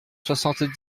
soixante